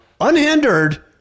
unhindered